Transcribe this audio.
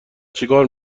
چیکار